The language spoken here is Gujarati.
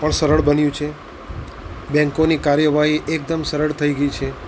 પણ સરળ બન્યું છે બેંકોની કાર્યવાહી એકદમ સરળ થઈ ગઈ છે